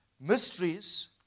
mysteries